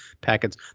packets